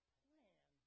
plan